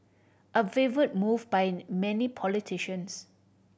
a favoured move by many politicians